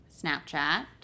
Snapchat